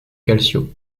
calcio